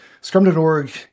scrum.org